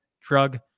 drug